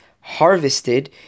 harvested